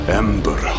ember